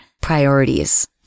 priorities